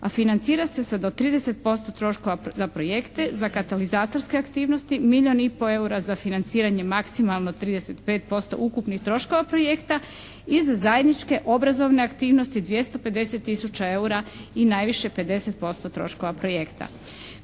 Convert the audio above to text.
a financira se sa do 30% troškova za projekte, za katalizatorske aktivnosti, milijun i pol eura za financiranje maksimalno 35% ukupnih troškova projekta, iz zajedničke obrazovne aktivnosti 250 tisuća eura i najviše 50% troškova projekta.